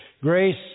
Grace